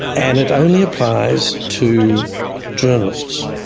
and it only applies to journalists.